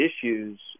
issues